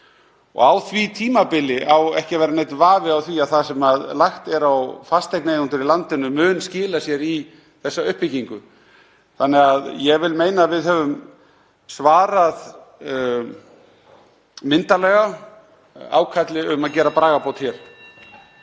Á því tímabili á ekki að vera neinn vafi á því að það sem lagt er á fasteignaeigendur í landinu mun skila sér í þessa uppbyggingu. Ég vil því meina að við höfum svarað myndarlega ákalli um að gera bragarbót hér.